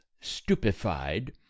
stupefied